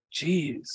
Jeez